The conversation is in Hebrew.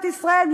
ממדינת ישראל,